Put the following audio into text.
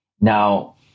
Now